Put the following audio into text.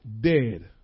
dead